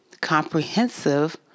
comprehensive